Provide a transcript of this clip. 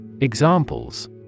Examples